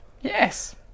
Yes